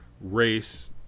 race